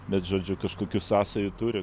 bet žodžiu kažkokių sąsajų turi